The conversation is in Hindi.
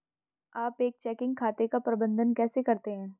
आप एक चेकिंग खाते का प्रबंधन कैसे करते हैं?